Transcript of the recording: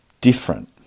different